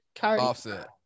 Offset